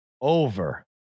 Over